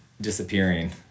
disappearing